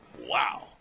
Wow